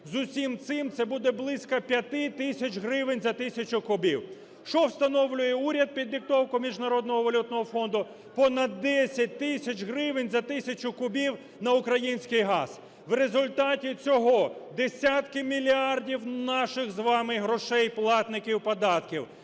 з усім цим це буде близько 5 тисяч гривень за тисячу кубів. Що встановлює уряд під диктовку Міжнародного валютного фонду? Понад 10 тисяч гривень за тисячу кубів на український газ. В результаті цього десятки мільярдів наших з вами грошей платників податків